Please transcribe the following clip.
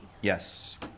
Yes